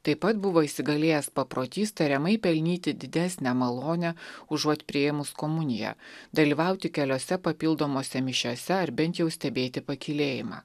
taip pat buvo įsigalėjęs paprotys tariamai pelnyti didesnę malonę užuot priėmus komuniją dalyvauti keliose papildomose mišiose ar bent jau stebėti pakylėjimą